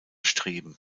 streben